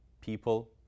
people